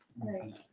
right